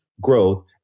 growth